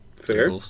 Fair